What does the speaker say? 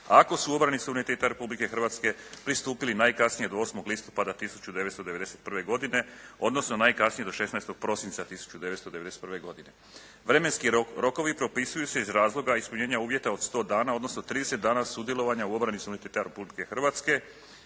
ako su obrani suvereniteta Republike Hrvatske pristupili najkasnije do 8. listopada 1991. godine, odnosno najkasnije do 16. prosinca 1991. godine. Vremenski rokovi propisuju se iz razloga ispunjenja uvjeta od 100 dana, odnosno 30 dana sudjelovanja u obrani suvereniteta Republike Hrvatske